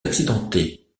accidenté